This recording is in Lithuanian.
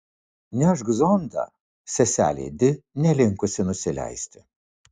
nešk zondą seselė di nelinkusi nusileisti